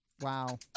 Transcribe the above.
Wow